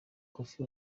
koffi